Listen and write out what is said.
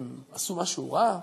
הם עשו משהו רע?